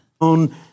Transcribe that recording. on